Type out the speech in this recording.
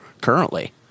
currently